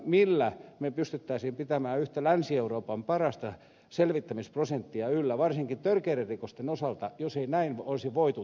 millä me pystyisimme pitämään yhtä länsi euroopan parasta selvittämisprosenttia yllä varsinkin törkeiden rikosten osalta jos ei näin olisi voitu tehdä